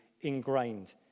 ingrained